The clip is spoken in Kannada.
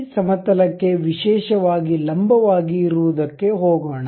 ಈ ಸಮತಲ ಕ್ಕೆ ವಿಶೇಷವಾಗಿ ಲಂಬವಾಗಿ ಇರುವದಕ್ಕೆ ಹೋಗೋಣ